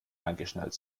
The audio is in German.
angeschnallt